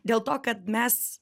dėl to kad mes